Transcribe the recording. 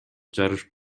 жарыш